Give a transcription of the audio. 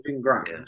ground